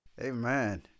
Amen